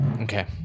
Okay